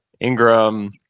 Ingram